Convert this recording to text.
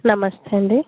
నమస్తే అండి